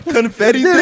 Confetti